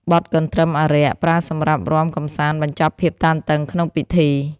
បទកន្ទ្រឹមអារក្ស ប្រើសម្រាប់រាំកម្សាន្តបញ្ចប់ភាពតានតឹងក្នុងពិធី។